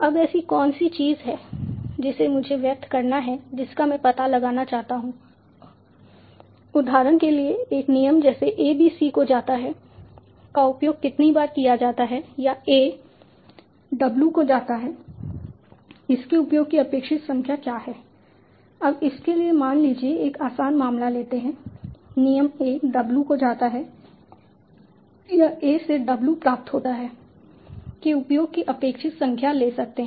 अब ऐसी कौन सी चीज है जिसे मुझे व्यक्त करना है जिसका मैं पता लगाना चाहता हूं उदाहरण के लिए एक नियम जैसे A B C को जाता है का उपयोग कितनी बार किया जाता है या a W को जाता है इसके उपयोग की अपेक्षित संख्या क्या है अब इसके लिए मान लीजिए एक आसान मामला लेते हैं नियम a W को जाता है या a से W प्राप्त होता है के उपयोग की अपेक्षित संख्या ले सकते हैं